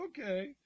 Okay